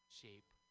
shape